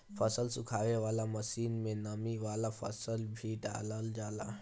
फसल सुखावे वाला मशीन में नमी वाला फसल ही डालल जाला